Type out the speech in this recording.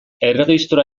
erregistroa